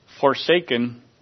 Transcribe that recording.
forsaken